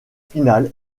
finale